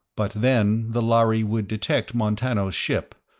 but then the lhari would detect montano's ship,